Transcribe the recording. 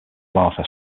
flower